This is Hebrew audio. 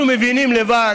אנחנו מבינים לבד